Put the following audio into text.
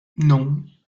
non